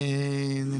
אני